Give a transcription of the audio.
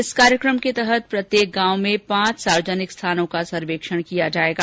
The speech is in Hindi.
इस कार्यक्रम के तहत प्रत्येक गांव में पांच सार्वजनिक स्थानों का सर्वेक्षण किया जाएगा